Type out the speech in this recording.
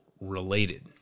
related